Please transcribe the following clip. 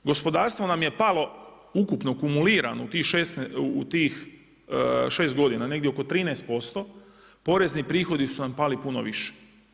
Gospodarstvo nam je palo ukupno kumulirano u tih 6 godina negdje oko 13%, porezni prihodi su nam pali puno više.